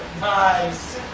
Nice